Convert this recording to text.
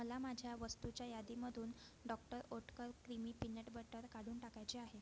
मला माझ्या वस्तूच्या यादीमधून doctor Oetker creamy peanut butter काढून टाकायचे आहे